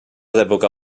d’època